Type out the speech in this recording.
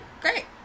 great